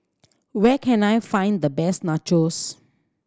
where can I find the best Nachos